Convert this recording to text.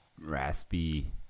raspy